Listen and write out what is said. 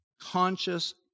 conscious